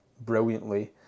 brilliantly